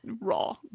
raw